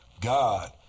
God